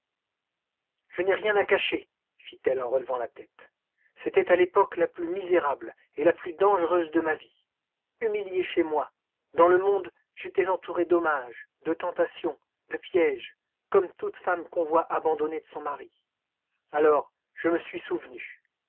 je n'ai rien à cacher fit-elle en relevant la tête c'était à l'époque la plus misérable et la plus dangereuse de ma vie humiliée chez moi dans le monde j'étais entourée d'hommages de tentations de pièges comme toute femme qu'on voit abandonnée de son mari alors je me suis souvenue